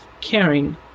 caring